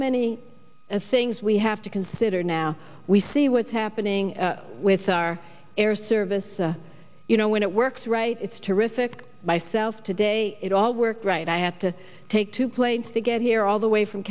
many of things we have to consider now we see what's happening with our air service you know when it works right it's terrific myself today it all worked right i had to take two planes to get here all the way from